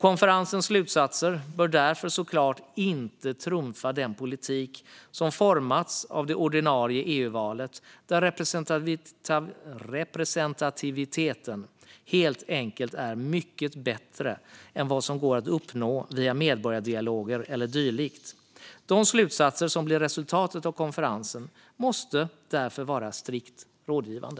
Konferensens slutsatser bör därför såklart inte trumfa den politik som formats av det ordinarie EU-valet, där representativiteten helt enkelt är mycket bättre än vad som går att uppnå via medborgardialoger eller dylikt. De slutsatser som blir resultatet av konferensen måste därför vara strikt rådgivande.